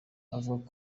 avuga